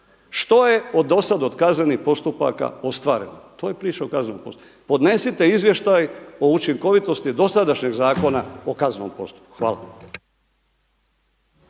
Što je do sad od kaznenih postupaka ostvareno? To je priča o kaznenom postupku. Podnesite izvještaj o učinkovitosti dosadašnjeg Zakona o kaznenom postupku. Hvala.